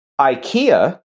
IKEA